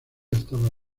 estaba